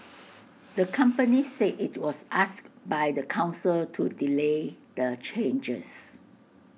the company said IT was asked by the Council to delay the changes